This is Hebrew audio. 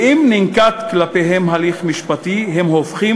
ואם ננקט כלפיהם הליך משפטי הם הופכים